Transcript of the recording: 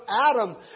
Adam